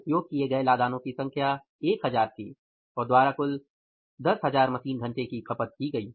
उपयोग किए गए लादानो की संख्या 1000 थी और द्वारा कुल 10000 मशीन घंटे की खपत की गई